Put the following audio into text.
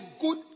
good